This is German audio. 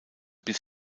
bis